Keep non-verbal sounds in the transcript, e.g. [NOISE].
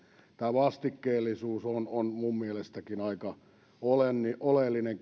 vastikkeellisuus on on minunkin mielestäni aika oleellinen [UNINTELLIGIBLE]